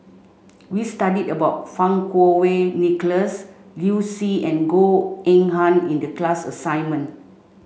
we studied about Fang Kuo Wei Nicholas Liu Si and Goh Eng Han in the class assignment